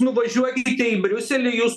nuvažiuokite į briuselį jūs